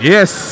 Yes